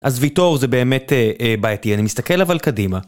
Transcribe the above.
אז ויטור זה באמת בעייתי, אני מסתכל אבל קדימה.